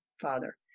father